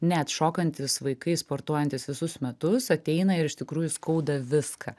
net šokantys vaikai sportuojantys visus metus ateina ir iš tikrųjų skauda viską